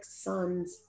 sons